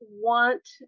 want